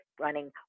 running